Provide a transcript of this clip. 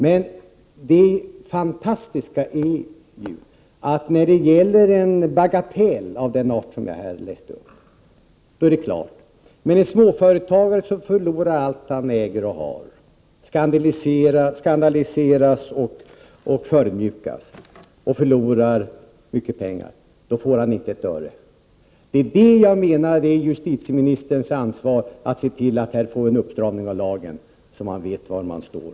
Men det fantastiska är ju att när det gäller en bagatell av den art som i det fall jag här läste upp är reglerna klara. Men när en småföretagare förlorar allt han äger och har och skandaliseras och förödmjukas och förlorar mycket pengar, då får han inte ett öre. Det är justitieministerns ansvar att se till att här blir en uppstramning av lagen så att man vet var man står.